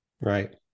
right